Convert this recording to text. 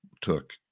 took